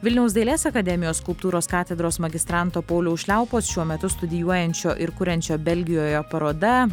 vilniaus dailės akademijos skulptūros katedros magistranto pauliaus šliaupos šiuo metu studijuojančio ir kuriančio belgijoje paroda